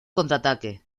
contraataque